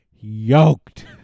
yoked